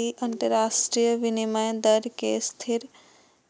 ई अंतरराष्ट्रीय विनिमय दर कें स्थिर